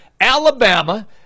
Alabama